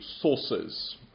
sources